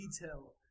detail